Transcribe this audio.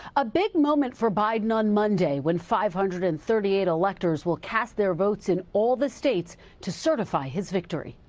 a big moment for biden on monday when five hundred and thirty eight electors cast their votes in all the states to certify his victory.